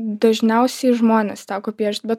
dažniausiai žmones teko piešt bet